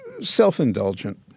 self-indulgent